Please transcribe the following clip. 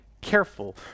careful